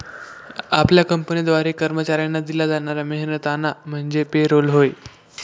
आपल्या कंपनीद्वारे कर्मचाऱ्यांना दिला जाणारा मेहनताना म्हणजे पे रोल होय